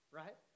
right